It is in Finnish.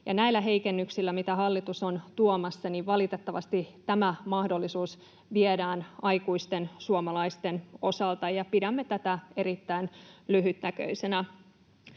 näillä heikennyksillä, mitä hallitus on tuomassa, valitettavasti tämä mahdollisuus viedään aikuisten suomalaisten osalta. Pidämme tätä erittäin lyhytnäköisenä.